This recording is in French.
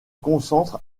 concentre